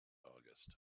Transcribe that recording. august